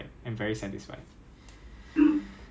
then if 你的那个